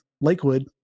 Lakewood